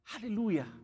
Hallelujah